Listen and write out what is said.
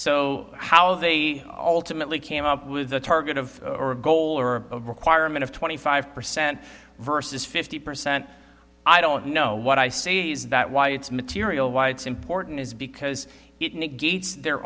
so how they all timidly came up with a target of a goal or a requirement of twenty five percent versus fifty percent i don't know what i say is that why it's material why it's important is because it negates their